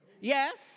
Yes